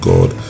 God